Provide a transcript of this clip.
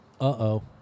Uh-oh